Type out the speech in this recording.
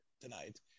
tonight